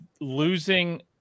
losing